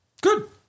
Good